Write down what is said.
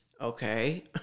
okay